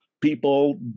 people